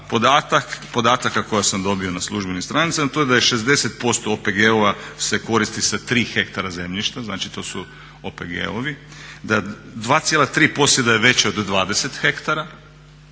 podataka koje sam dobio na službenim stranicama a to je da je 60% OPG-ova se koristi sa 3 ha zemljišta. Znači to su OPG-ovi, da 2,3 posjeda je veće od 20 ha.